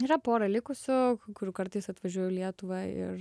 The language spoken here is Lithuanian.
yra pora likusių kurių kartais atvažiuoju į lietuvą ir